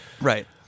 right